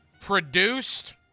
produced